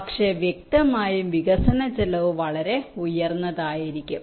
പക്ഷേ വ്യക്തമായും വികസന ചിലവ് വളരെ ഉയർന്നതായിരിക്കും